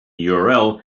url